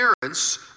parents